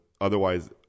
otherwise